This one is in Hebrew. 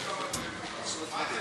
שנייה,